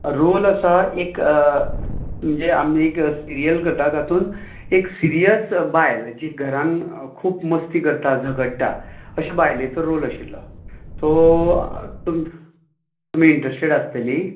role आसा एक म्हणजे आमी एक सिर्यल करतात तेतून एक सिर्यस बायल जी घरान खूब मस्ती करता झगडटा अशे बायलेचो रोल आशिल्लो सो तुमकां तुमी इंन्ट्रेस्टेड आसतली